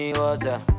water